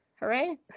Hooray